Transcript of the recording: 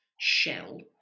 Shell